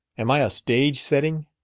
am i a stage-setting?